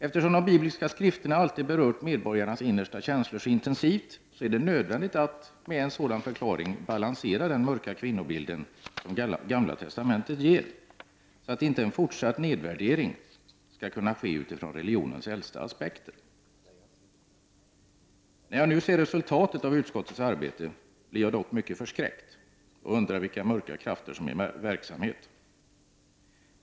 Eftersom de bibliska skrifterna alltid berört medborgarnas innersta känslor så intensivt, är det nödvändigt att — med en sådan förklaring — balansera den mörka kvinnobild som Gamla testamentet ger, så att inte en fortsatt nedvärdering skall kunna ske utifrån religionens äldsta aspekter. När jag nu ser resultatet av utskottets arbete blir jag dock mycket förskräckt och undrar vilka ”mörka krafter” som är i verksamhet.